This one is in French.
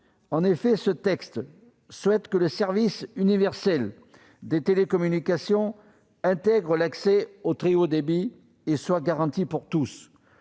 de résolution souhaitent que le service universel des télécommunications intègre l'accès au très haut débit et soit garanti pour tous.